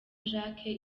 jacques